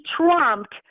trumped